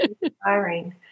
inspiring